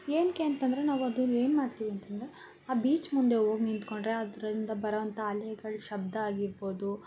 ಏನಕ್ಕೆ ಅಂತಂದರೆ ನಾವು ಅದು ಏನು ಮಾಡ್ತೀವಿ ಅಂತಂದರೆ ಆ ಬೀಚ್ ಮುಂದೆ ಹೋಗ್ ನಿಂತುಕೊಂಡ್ರೆ ಅದರಿಂದ ಬರೋ ಅಂಥ ಅಲೆಗಳ ಶಬ್ದ ಆಗಿರ್ಬೌದು